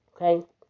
okay